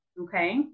Okay